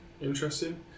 interesting